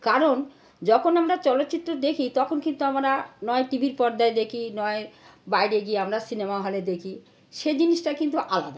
কারণ যখন আমরা চলচ্চিত্র দেখি তখন কিন্তু আমরা নয় টিভির পর্দায় দেখি নয় বাইরে গিয়ে আমরা সিনেমা হলে দেখি সে জিনিসটা কিন্তু আলাদা